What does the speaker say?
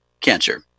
cancer